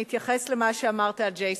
אני אתייחס למה שאמרת על J Street,